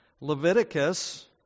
Leviticus